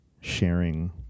sharing